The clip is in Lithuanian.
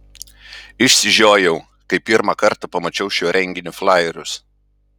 išsižiojau kai pirmą kartą pamačiau šio renginio flajerius